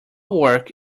work